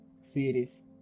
series